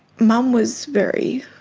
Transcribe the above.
mum was very